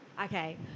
Okay